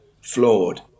flawed